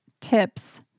tips